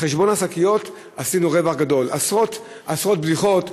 על חשבון השקיות עשינו רווח גדול: עשרות בדיחות,